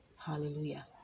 Hallelujah